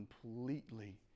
completely